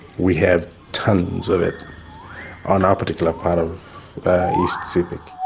we have tonnes of it on our particular part of east sepik.